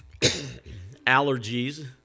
allergies